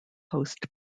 host